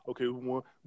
okay